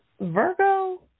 Virgo